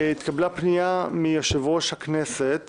התקבלה פנייה מיושב-ראש הכנסת